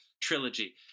trilogy